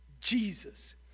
Jesus